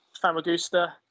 Famagusta